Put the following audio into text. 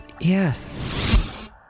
Yes